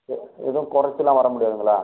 எதுவும் கொறைச்சிலாம் வர முடியாதுங்களா